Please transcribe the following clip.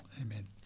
Amen